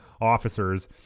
officers